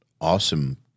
awesome